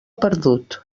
perdut